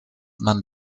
man